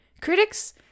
critics